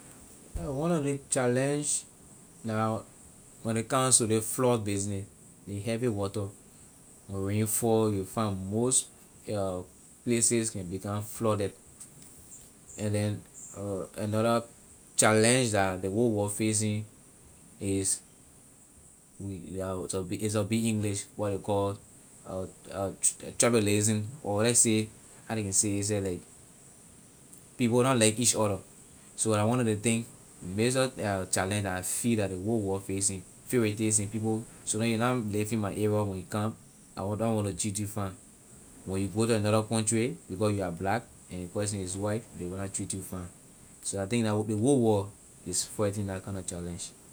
One of ley challenge when ley comes to ley flood business ley heavy water when rain fall you find most places will become flooded and then another challenge that ley whole world facing is is a big english what ley call tribalism or let say how ley can say itself like people na like each other so la one nor ley thing major challenge that I feel la ley whole world facing favoritism so you na live in my area when you come I will na want to treat you fine when you go to another country because you are black and ley person is white ley will na treat you fine so I think la ley whole world is fighting la kind na challenge.